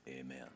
Amen